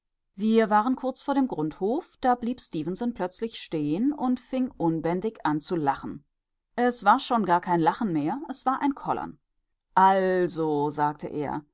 wir waren kurz vor dem grundhof da blieb stefenson plötzlich stehen und fing unbändig an zu lachen es war schon gar kein lachen mehr es war ein kollern also sagte er